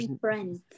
friends